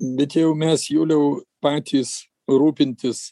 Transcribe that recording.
bet jau mes juliau patys rūpintis